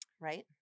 right